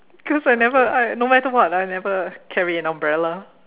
because I never I no matter what I never carry an umbrella